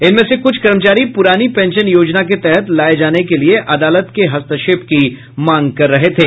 इनमें से कुछ कर्मचारी पुरानी पेंशन योजना के तहत लाये जाने के लिए अदालत के हस्तक्षेप की मांग कर रहे थे